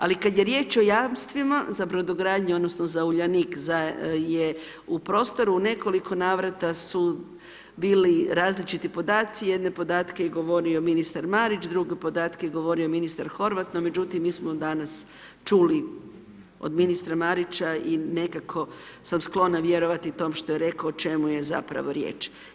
Ali kad je riječ o jamstvima za brodogradnju odnosno za Uljanik da je u prostoru u nekoliko navrata su bili različiti podaci, jedne podatke je govorio ministar Marić, druge podatke je govori ministar Horvat no međutim, mi smo danas čuli od ministra Marića i nekako sam sklona vjerovati tom što je rekao, o čemu je zapravo riječ.